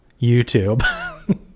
youtube